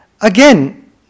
Again